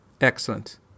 Excellent